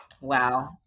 wow